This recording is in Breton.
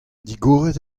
digoret